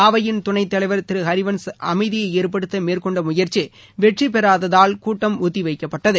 அவையின் துணைத்தலைவர் திரு ஹரிவன்ஸ் அமைதியை ஏற்படுத்த மேற்கொண்ட முயற்சி வெற்றி பெறாததால் கூட்டம் ஒத்திவைக்கப்பட்டது